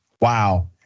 Wow